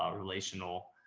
ah relational,